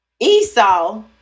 esau